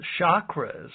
chakras